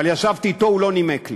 ישבתי אתו, הוא לא נימק לי.